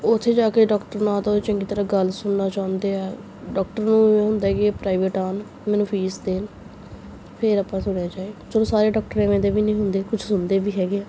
ਉੱਥੇ ਜਾ ਕੇ ਡਾਕਟਰ ਨਾ ਤਾਂ ਉਹਦੀ ਚੰਗੀ ਤਰ੍ਹਾਂ ਗੱਲ ਸੁਣਨਾ ਚਾਹੁੰਦੇ ਆ ਡਾਕਟਰ ਨੂੰ ਇਹ ਹੁੰਦਾ ਕਿ ਇਹ ਪ੍ਰਾਈਵੇਟ ਆਉਣ ਮੈਨੂੰ ਫੀਸ ਦੇਣ ਫੇਰ ਆਪਾਂ ਸੁਣਿਆ ਜਾਵੇ ਚਲੋ ਸਾਰੇ ਡਾਕਟਰ ਐਵੇਂ ਦੇ ਵੀ ਨਹੀਂ ਹੁੰਦੇ ਕੁਛ ਸੁਣਦੇ ਵੀ ਹੈਗੇ ਹੈ